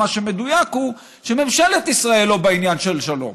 מה שמדויק הוא שממשלת ישראל לא בעניין של שלום,